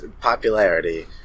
popularity